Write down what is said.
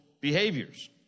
behaviors